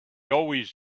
always